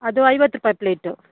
ಅದು ಐವತ್ತು ರೂಪಾಯಿ ಪ್ಲೇಟು